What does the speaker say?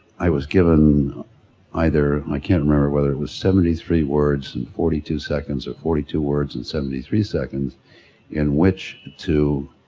i was given either, i can't remember whether it was seventy three words in forty two seconds or forty two words in seventy three seconds in which to